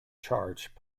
charged